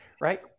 Right